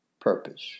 purpose